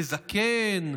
בזקן,